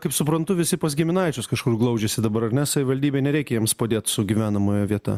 kaip suprantu visi pas giminaičius kažkur glaudžiasi dabar ar ne savivaldybei nereikia jiems padėt su gyvenamąja vieta